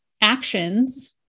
actions